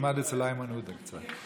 תלמד אצל איימן עודה קצת.